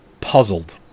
puzzled